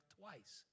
twice